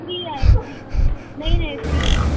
free आहे free न हीउ न फ्री आहे